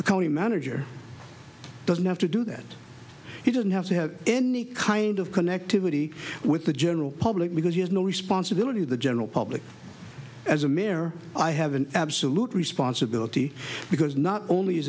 a county manager doesn't have to do that he doesn't have to have any kind of connectivity with the general public because he has no responsibility to the general public as a mirror i have an absolute responsibility because not only is